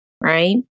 right